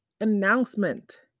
announcement